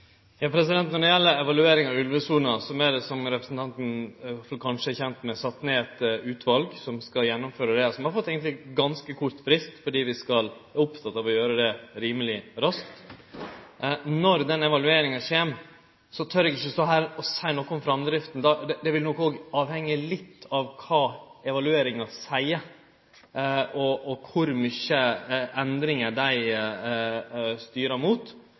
Når det gjeld evalueringa av ulvesona, er det, som representanten kanskje er kjend med, sett ned eit utval som skal gjennomføre det, som eigentleg har fått ein ganske kort frist, fordi vi er opptekne av å gjere det rimeleg raskt. Eg tør ikkje stå her og seie noko om framdrifta med omsyn til denne evalueringa. Det vil nok vere avhengig av kva som kjem fram i evalueringa, og kor mange endringar ein styrer mot.